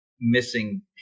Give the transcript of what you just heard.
missing